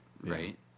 right